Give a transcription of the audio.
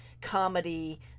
comedy